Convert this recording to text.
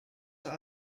are